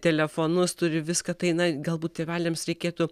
telefonus turi viską tai na galbūt tėveliams reikėtų